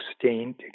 sustained